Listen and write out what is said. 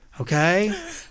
okay